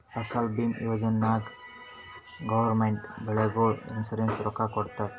ಫಸಲ್ ಭೀಮಾ ಯೋಜನಾ ನಾಗ್ ಗೌರ್ಮೆಂಟ್ ಬೆಳಿಗೊಳಿಗ್ ಇನ್ಸೂರೆನ್ಸ್ ರೊಕ್ಕಾ ಕೊಡ್ತುದ್